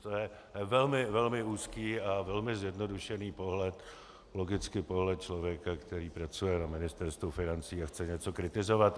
To je velmi úzký a velmi zjednodušený pohled, logicky pohled člověka, který pracuje na Ministerstvu financí a chce něco kritizovat.